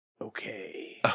Okay